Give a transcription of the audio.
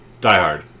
Diehard